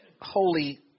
holy